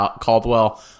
Caldwell